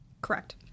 Correct